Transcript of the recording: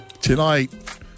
tonight